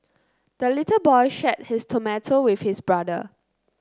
the little boy shared his tomato with his brother